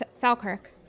Falkirk